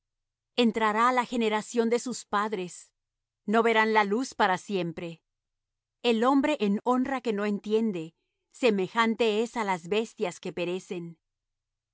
entrará á la generación de sus padres no verán luz para siempre el hombre en honra que no entiende semejante es á las bestias que perecen